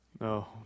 no